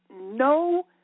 no